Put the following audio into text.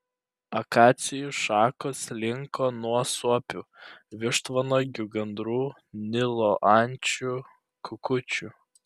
akacijų šakos linko nuo suopių vištvanagių gandrų nilo ančių kukučių